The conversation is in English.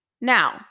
Now